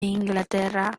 inglaterra